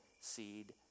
seed